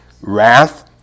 wrath